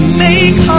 make